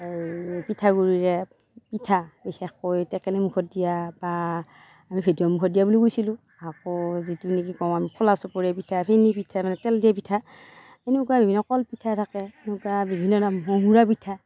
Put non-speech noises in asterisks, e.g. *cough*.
পিঠাগুড়িৰে পিঠা বিশেষকৈ টেকেলি মুখত দিয়া বা আমি *unintelligible* মুখত দিয়া বুলিও কৈছিলোঁ আকৌ যিটো নেকি কওঁ আমি খোলা চাপৰি পিঠা ফেনী পিঠা মানে তেল দিয়া পিঠা তেনেকুৱা বিভিন্ন কল পিঠা থাকে তেনেকুৱা বিভিন্ন ধৰণৰ মহুৰা পিঠা